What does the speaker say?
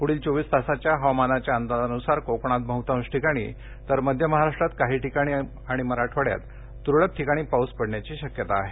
पुढील चोवीस तासाच्या हवामान अंदाजानुसार कोकणात बहुतांश ठिकाणी तर मध्य महाराष्ट्रात काही ठिकाणी आणि मराठवाङ्यात तुरळक ठिकाणी पाऊस पडण्याची शक्यता आहे